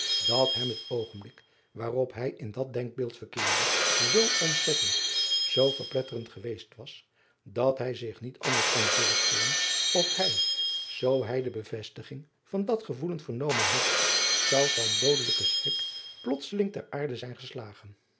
dat hem het oogenblik waarop hij in dat denkbeeld verkeerde zoo ontzettend zoo verpletterend geweest was dat hij zich niet anders kon voorstellen of hij zoo hij de bevestiging van dat gevoelen vernomen had zou van doodelijken schrik plotseling ter aarde zijn geslagen